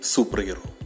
Superhero